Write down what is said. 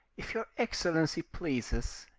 if your excellency pleases,